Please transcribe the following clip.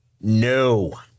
No